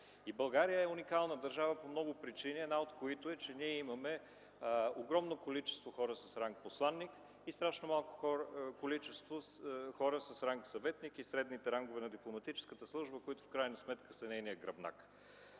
България е уникална държава по много причини, една от които е, че ние имаме огромно количество хора с ранг „посланик” и страшно малко количество хора с ранг „съветник” и средните рангове на дипломатическата служба, които в крайна сметка са нейният гръбнак.